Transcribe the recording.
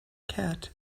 cat